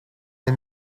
and